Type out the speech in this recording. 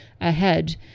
ahead